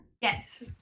Yes